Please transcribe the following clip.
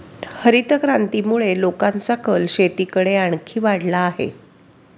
हरितक्रांतीमुळे लोकांचा कल शेतीकडे आणखी वाढला आहे